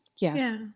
Yes